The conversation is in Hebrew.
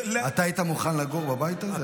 אתה היית מוכן לגור בבית הזה?